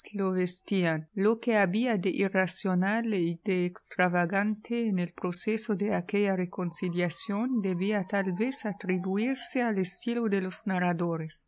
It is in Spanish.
lo que había de irracional y de extravagante en el proceso de aquella reconciliación debía tal vez atribuírse al estilo de los